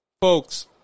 Folks